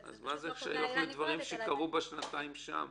אז מה זה שייך לדברים שקרו בשנתיים שם?